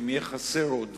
אם יהיה חסר עוד,